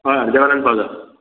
हय अर्द्या वरान पावता